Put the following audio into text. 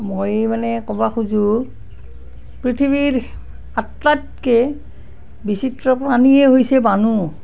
মই মানে ক'বা খোজো পৃথিৱীৰ আটাইতকে বিচিত্ৰ প্ৰাণীয়েই হৈছে মানুহ